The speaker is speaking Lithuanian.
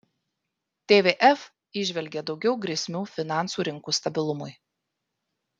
tvf įžvelgia daugiau grėsmių finansų rinkų stabilumui